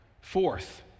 Fourth